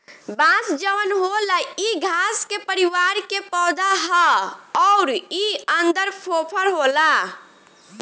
बांस जवन होला इ घास के परिवार के पौधा हा अउर इ अन्दर फोफर होला